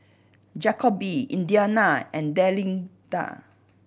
Jacoby Indiana and Delinda